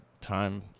time